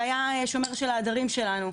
שהיה השומר של העדרים שלנו.